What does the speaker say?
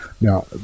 Now